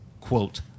quote